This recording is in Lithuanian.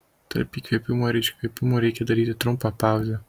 tarp įkvėpimo ir iškvėpimo reikia daryti trumpą pauzę